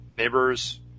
neighbors